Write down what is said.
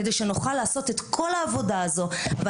כדי שנוכל לעשות את כל העבודה הזאת.